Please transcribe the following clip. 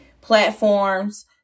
platforms